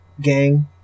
gang